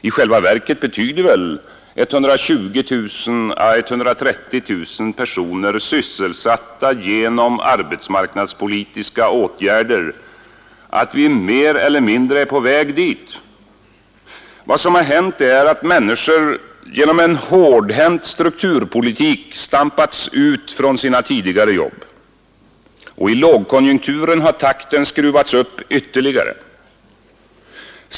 I själva verket betyder väl 120 000 å 130 000 personer sysselsatta genom arbetsmarknadspolitiska åtgärder att vi mer eller mindre är på väg dit. Vad som hänt är att människor genom en hårdhänt strukturpolitik stampats ut från sina tidigare jobb, och i lågkonjunkturen har takten skruvats upp ytterligare.